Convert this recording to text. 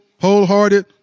wholehearted